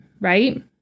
right